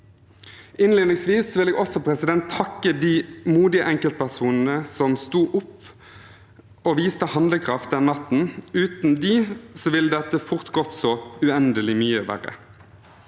Innledningsvis vil jeg også takke de modige enkeltpersonene som sto opp og viste handlekraft den natten. Uten dem ville dette fort gått så uendelig mye verre.